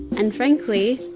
and, frankly,